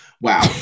wow